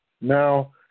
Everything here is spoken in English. Now